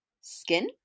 skin